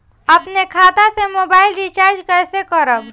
अपने खाता से मोबाइल रिचार्ज कैसे करब?